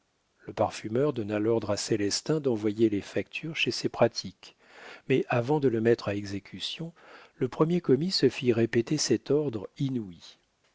le parfumeur donna l'ordre à célestin d'envoyer les factures chez ses pratiques mais avant de le mettre à exécution le premier commis se fit répéter cet ordre inouï